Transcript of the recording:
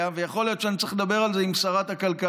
ויכול להיות שאני צריך לדבר על זה עם שרת הכלכלה,